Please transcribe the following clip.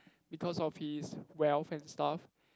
because of his wealth and stuff